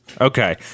Okay